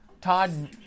Todd